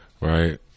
right